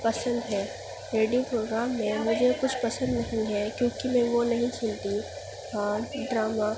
پسند ہے radio programme میں مجھے کچھ پسند نہیں ہے کیوں کہ میں وہ نہیں سنتی ہاں ڈرامہ